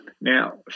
Now